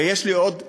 יש לי עוד בשורה: